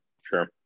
sure